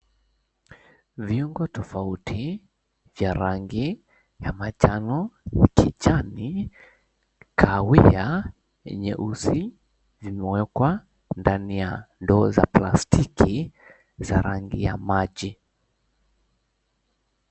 Viungo tofauti vya rangi ya manjano, kijani, kahawia na nyeusi zimewekwa ndani ya ndoo za plastiki za rangi ya maji.